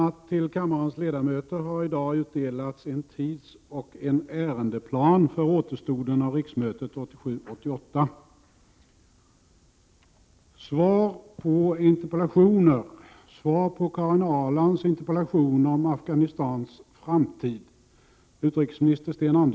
Till kammarens ledamöter har i dag utdelats en tidsoch ärendeplan för återstoden av riksmötet 1987/88.